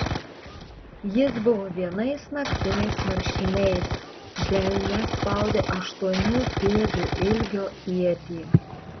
jis buvo vienais naktiniais marškiniais delne spaudė aštuonių pėdų ilgio ietį